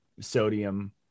sodium